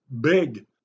big